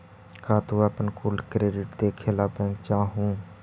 का तू अपन कुल क्रेडिट देखे ला बैंक जा हूँ?